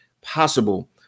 possible